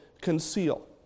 conceal